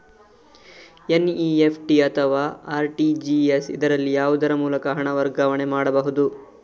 NEFT ಅಥವಾ RTGS, ಇದರಲ್ಲಿ ಯಾವುದರ ಮೂಲಕ ಹಣ ವರ್ಗಾವಣೆ ಮಾಡಬಹುದು?